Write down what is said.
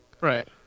Right